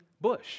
bush